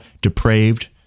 depraved